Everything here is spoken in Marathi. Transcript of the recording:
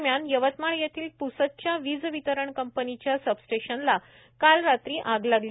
दरम्यान यवतमाळ येथील प्सदच्या विजवितरण कंपनीच्या सबस्टेशनला काल रात्री आग लागली